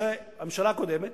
שכאשר הממשלה הקודמת,